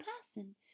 person